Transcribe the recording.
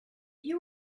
you